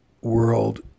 world